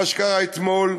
מה שקרה אתמול,